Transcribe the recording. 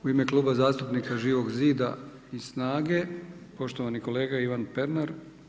U ime Kluba zastupnika Živog zida i SNAGE poštovani kolega Ivan Pernar.